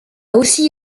aussi